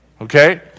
okay